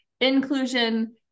inclusion